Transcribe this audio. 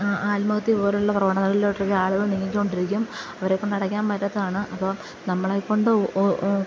ആത്മഹത്യ പോലെയുള്ള പ്രവണതകളിലോട്ടൊക്കെ ആളുകൾ നീങ്ങി കൊണ്ടിരിക്കും അവരെ കൊണ്ടടക്കാൻ പറ്റാത്തതാണ് അപ്പോൾ നമ്മളെ കൊണ്ട് ഒ